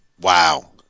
Wow